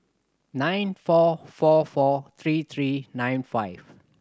nine four four four three three nine five